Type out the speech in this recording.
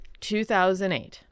2008